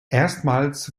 erstmals